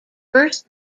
first